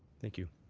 thank you.